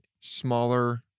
smaller